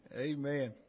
Amen